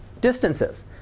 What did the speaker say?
distances